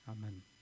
amen